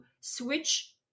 switch